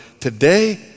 today